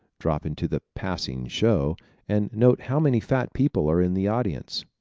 drop into the passing show and note how many fat people are in the audience.